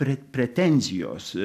pre pretenzijos